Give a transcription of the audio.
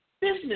business